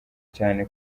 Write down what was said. cyane